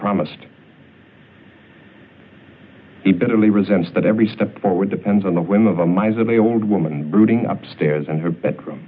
promised he bitterly resents that every step forward depends on the whim of a miserly old woman brooding upstairs in her bedroom